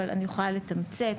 אבל אני יכולה לתמצת,